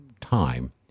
time